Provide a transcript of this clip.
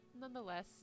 Nonetheless